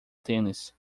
tênis